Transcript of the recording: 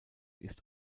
ist